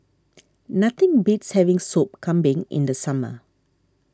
nothing beats having Sop Kambing in the summer